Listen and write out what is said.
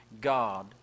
God